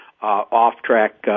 off-track